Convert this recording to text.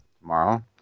tomorrow